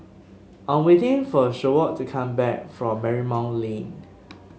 I'm waiting for Seward to come back from Marymount Lane